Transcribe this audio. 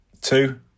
Two